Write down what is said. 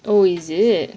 oh is it